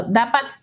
dapat